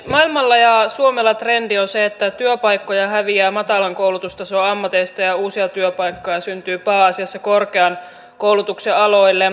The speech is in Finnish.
maailmalla ja suomella trendi on se että työpaikkoja häviää matalan koulutustason ammateista ja uusia työpaikkoja syntyy pääasiassa korkean koulutuksen aloille